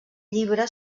llibre